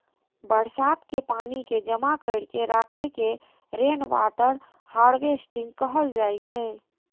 बरसात के पानि कें जमा कैर के राखै के रेनवाटर हार्वेस्टिंग कहल जाइ छै